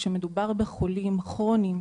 כשמדובר בחולים כרוניים,